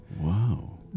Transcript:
Wow